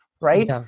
right